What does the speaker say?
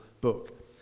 book